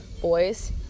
Boys